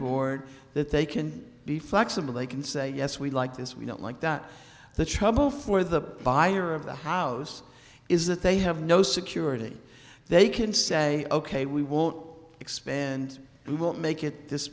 board that they can be flexible they can say yes we like this we don't like that the trouble for the buyer of the house is that they have no security they can say ok we won't expand we won't make it this